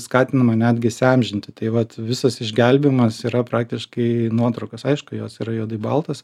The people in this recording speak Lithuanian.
skatinama netgi įsiamžinti tai vat visas išgelbėjimas yra praktiškai nuotraukos aišku jos yra juodai baltos